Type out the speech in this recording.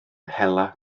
hela